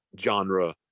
genre